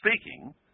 speaking